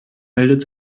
meldet